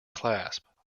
clasp